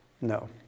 No